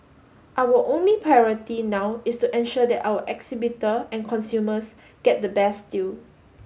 our only priority now is to ensure that our exhibitor and consumers get the best deal